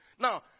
Now